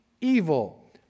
evil